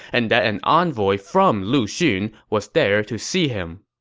and that an envoy from lu xun was there to see him.